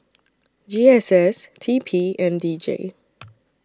G S S T P and D J